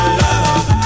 love